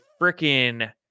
freaking